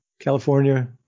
California